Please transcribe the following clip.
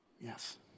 Yes